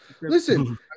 Listen